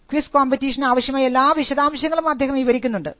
quiz കോമ്പറ്റീഷന് ആവശ്യമായ എല്ലാ വിശദാംശങ്ങളും അദ്ദേഹം വിവരിക്കുന്നുണ്ട്